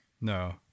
No